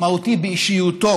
מהותי באישיותו.